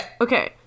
Okay